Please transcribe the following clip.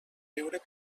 deure